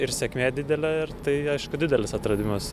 ir sėkmė didele ir tai aišku didelis atradimas